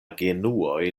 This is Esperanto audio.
genuoj